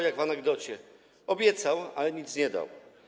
Jak w anegdocie: obiecał, ale nic nie dał.